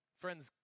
Friends